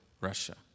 Russia